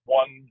one